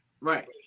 Right